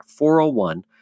401